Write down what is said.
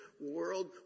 world